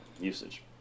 usage